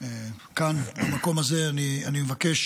כאן, במקום הזה, אני מבקש